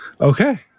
Okay